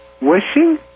Wishing